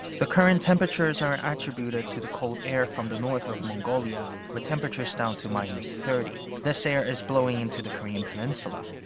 the current temperatures are attributed to the cold air from the north of mongolia with temperatures down to minus thirty. this air is blowing into the korean peninsula.